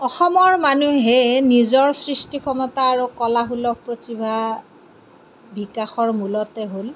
অসমৰ মানুহে নিজৰ সৃষ্টি ক্ষমতা আৰু কলাসুলভ প্ৰতিভা বিকাশৰ মূলতে হ'ল